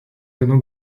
vienu